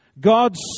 God's